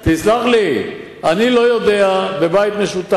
לא נחוקק